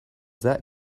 that